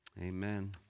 Amen